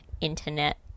internet